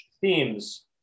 themes